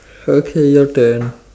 okay your turn